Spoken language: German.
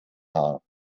haar